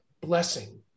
blessing